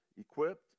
equipped